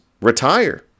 retire